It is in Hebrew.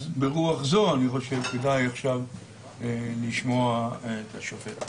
ברוח זו אני חושב שכדאי עכשיו לשמוע את השופט מרזל.